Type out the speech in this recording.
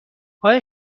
آیا